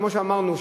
כמו שאמרנו,